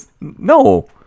no